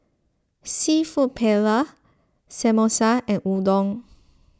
Seafood Paella Samosa and Udon